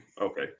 Okay